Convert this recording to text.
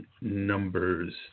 numbers